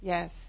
Yes